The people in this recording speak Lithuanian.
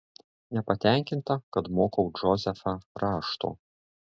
nepatenkinta kad mokau džozefą rašto